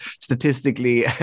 statistically